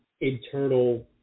internal